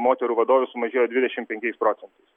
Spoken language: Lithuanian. moterų vadovių sumažėjo dvidešim penkiais procentais